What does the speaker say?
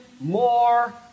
more